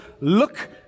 look